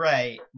Right